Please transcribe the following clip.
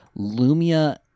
lumia